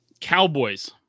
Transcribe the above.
Cowboys